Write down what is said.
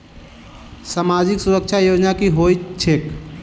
सामाजिक सुरक्षा योजना की होइत छैक?